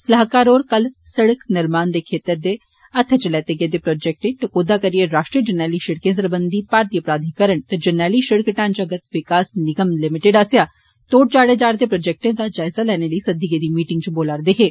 स्लाहकार होर कल सड़क निर्माण दे छेत्रै दे हत्थै च लैते गेदे प्रोजेक्टें टकोह्दा करिए राश्ट्रीय जरनैली सड़कें सरबंधी भारतीय प्राधिकरण ते जरनैली सड़क ढ़ांचागत विकास निगम लिमिटेड आसेआ तोड़ चाढ़े जा'रदे प्रोजेक्टे जायजा लैने लेई सद्दी गेदी मीटिंगा च बोला करदे हे